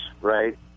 right